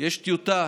יש טיוטה